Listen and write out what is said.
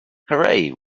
hooray